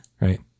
right